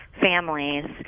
families